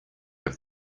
have